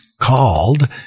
called